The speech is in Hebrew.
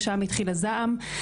שם התחיל הזעם.